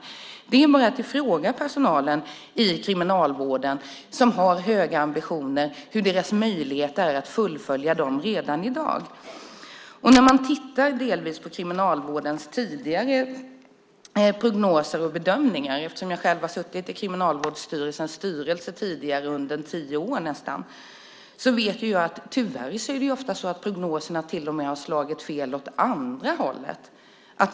Vi måste fråga personalen i Kriminalvården som har höga ambitioner hur deras möjligheter är att fullfölja dem redan i dag. Jag har själv tidigare suttit i Kriminalvårdsstyrelsens styrelse under nästan tio år. När man tittar på Kriminalvårdens prognoser och bedömningar vet jag därför att prognoserna tyvärr ofta till och med har slagit fel åt andra hållet.